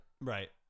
Right